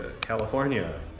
California